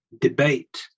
debate